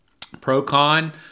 ProCon